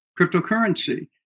cryptocurrency